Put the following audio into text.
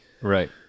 right